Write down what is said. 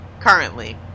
currently